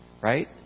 Right